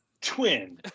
Twin